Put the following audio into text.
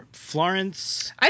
Florence